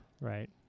right